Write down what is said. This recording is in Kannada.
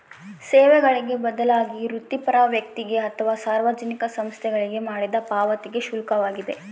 ಸೇವೆಗಳಿಗೆ ಬದಲಾಗಿ ವೃತ್ತಿಪರ ವ್ಯಕ್ತಿಗೆ ಅಥವಾ ಸಾರ್ವಜನಿಕ ಸಂಸ್ಥೆಗಳಿಗೆ ಮಾಡಿದ ಪಾವತಿಗೆ ಶುಲ್ಕವಾಗಿದೆ